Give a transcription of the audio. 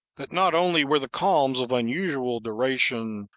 that not only were the calms of unusual duration,